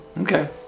Okay